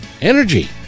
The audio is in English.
energy